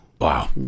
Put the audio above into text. Wow